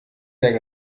der